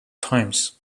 times